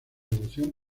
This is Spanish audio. devoción